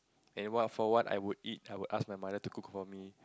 and what for what I would eat I would ask my mother to cook for me